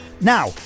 Now